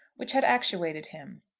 which had actuated him.